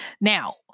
Now